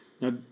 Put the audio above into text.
Now